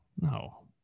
No